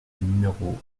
numéro